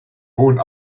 hohen